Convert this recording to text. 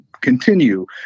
continue